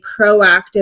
proactive